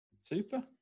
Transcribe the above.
super